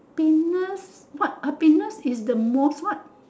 happiness what happiness is the most what